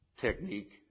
technique